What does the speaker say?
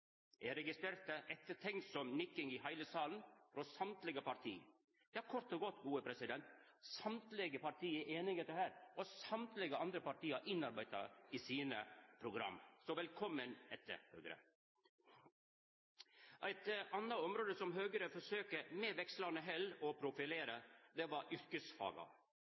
Eg registrerte ettertenksam nikking i heile salen – frå alle parti. Kort og godt, alle parti er einige her, og alle andre parti har innarbeidd dette i sine program. Så velkommen etter, Høgre! Eit anna område som Høgre forsøker – med vekslande hell – å profilera, er yrkesfaga.